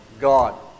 God